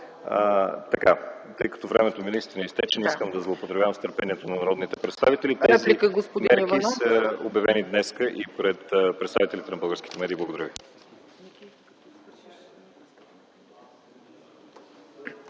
И тъй като времето ми наистина изтече, не искам да злоупотребявам с търпението на народните представители, тези мерки са обявени днес и пред представителите на българските медии. Благодаря ви.